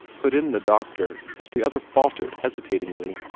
put in the doctor, as the other faltered hesitatingly.